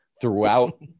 throughout